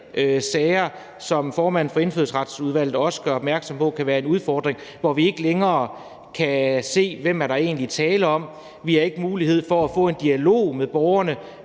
sager, hvilket formanden for Indfødsretsudvalget også gør opmærksom på kan være en udfordring, hvor vi ikke længere kan se, hvem der egentlig er tale om. Så ville vi ikke have mulighed for at få en dialog med borgeren.